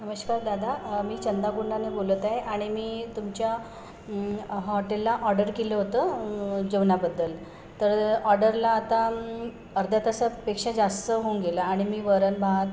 नमश्कार दादा मी चंदा गुंडाने बोलत आहे आणि मी तुमच्या हॉटेलला ऑर्डर केलं होतं जेवणाबद्दल तर ऑर्डरला आता अर्ध्या तासापेक्षा जास्त होऊन गेलं आणि मी वरण भात